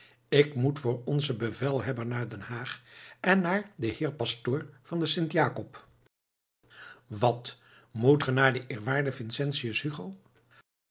ik moet voor onzen bevelhebber naar den haag en naar den heer pastoor van de sint jacob wat moet ge naar den eerwaarden vincentius hugo